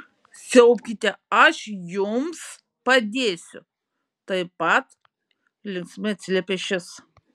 siaubkite aš jums padėsiu taip pat linksmai atsiliepė šis